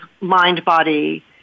mind-body